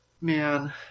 man